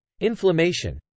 Inflammation